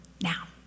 now